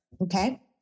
Okay